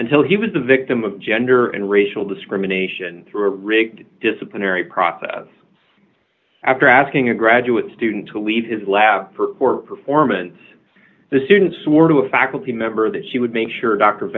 until he was the victim of gender and racial discrimination through a rigged disciplinary process after asking a graduate student to leave his lab for performance the students or to a faculty member that she would make sure dr